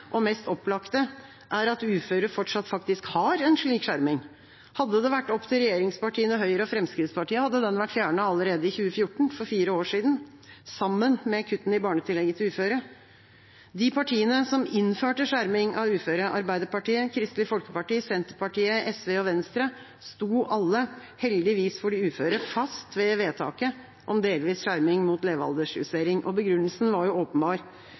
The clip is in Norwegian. og mest opplagte, er at uføre faktisk fortsatt har en slik skjerming. Hadde det vært opp til regjeringspartiene Høyre og Fremskrittspartiet, hadde den vært fjernet allerede i 2014 – for fire år siden – sammen med kuttene i barnetillegget til uføre. De partiene som innførte skjerming av uføre, Arbeiderpartiet, Kristelig Folkeparti, Senterpartiet, SV og Venstre, sto alle – heldigvis for de uføre – fast ved vedtaket om delvis skjerming mot levealderjustering. Begrunnelsen var åpenbar: